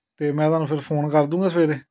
ਅਤੇ ਮੈਂ ਤੁਹਾਨੂੰ ਫਿਰ ਫੋਨ ਕਰ ਦੂਗਾ ਸਵੇਰੇ